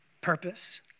purpose